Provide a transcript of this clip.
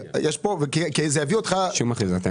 יש מאיפה לתת,